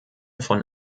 von